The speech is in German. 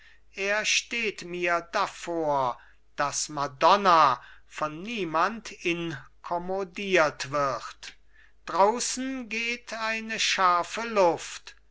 er steht mit davor daß madonna von niemand inkommodiert wird draußen geht eine scharfe luft